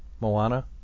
Moana